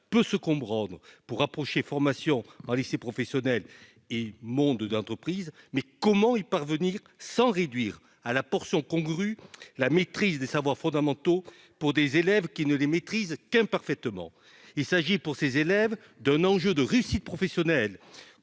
peut se comprendre pour rapprocher formation en lycée professionnel et monde de l'entreprise, comment y parvenir sans réduire à la portion congrue la maîtrise des savoirs fondamentaux pour des élèves qui ne les maîtrisent qu'imparfaitement ? Tout à fait ! L'enjeu, pour ces élèves, est celui de la réussite professionnelle.